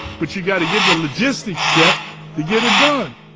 but you gotta get the logistics set to get it done.